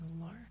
Lord